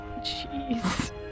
Jeez